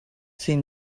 seen